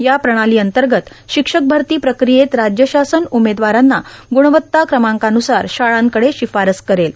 या प्रणातीलअंतगत शिक्षकभरती प्रक्रियेत राज्य शासन उमेदवारांना गुणवत्ता क्रमांकानुसार शाळांकडे शिफारस करेल